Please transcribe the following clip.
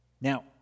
Now